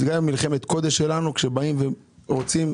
זה מלחמת הקודש שלנו, כשבאים ורוצים.